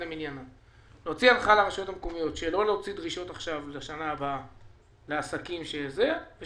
שלא להוציא דרישות עכשיו לשנה הבאה לעסקים היום אנחנו